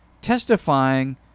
testifying